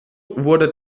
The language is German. wurde